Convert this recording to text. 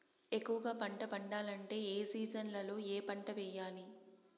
ఎక్కువగా పంట పండాలంటే ఏ సీజన్లలో ఏ పంట వేయాలి